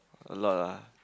a lot lah